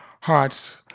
hearts